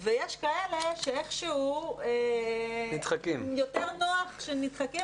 ויש כאלה שאיכשהו יותר נוח שהם נדחקים